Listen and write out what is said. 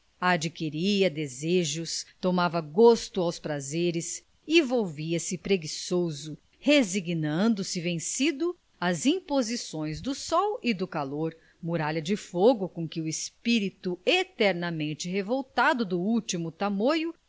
adquiria desejos tomava gosto aos prazeres e volvia se preguiçoso resignando se vencido às imposições do sol e do calor muralha de fogo com que o espírito eternamente revoltado do último tamoio